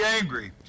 angry